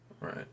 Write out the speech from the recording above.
Right